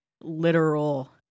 literal